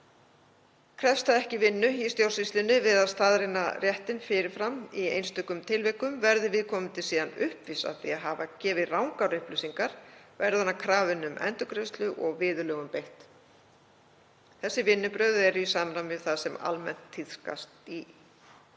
Krefst það ekki vinnu í stjórnsýslunni við að staðreyna réttinn fyrir fram í einstökum tilvikum. Verði viðkomandi síðar uppvís að því að hafa gefið rangar upplýsingar verður hann krafinn um endurgreiðslu og viðurlögum beitt. Þessi vinnubrögð eru í samræmi við það sem almennt tíðkast í